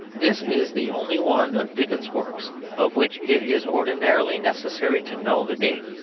this is the only one of dickens's works of which it is ordinarily necessary to know the date.